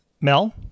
Mel